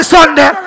Sunday